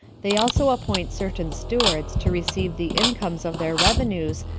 they also appoint certain stewards to receive the incomes of their revenues,